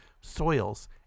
soils